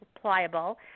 pliable